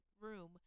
room